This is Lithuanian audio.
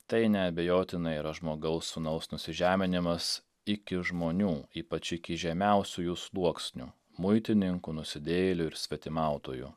tai neabejotinai yra žmogaus sūnaus nusižeminimas iki žmonių ypač iki žemiausiųjų sluoksnių muitininkų nusidėjėlių ir svetimautojų